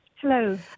Hello